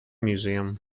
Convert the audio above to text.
museum